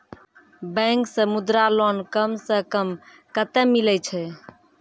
Bank से Mudra loan कम सऽ कम कतैय मिलैय छै?